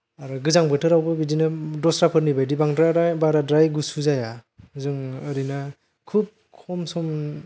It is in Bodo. आरो गोजां बोथोरावबो बिदिनो दस्राफोरनि बायदि बांद्राय बाराद्राय गुसु जाया जों ओरैनो खुब खम सम